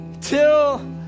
till